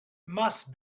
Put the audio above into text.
must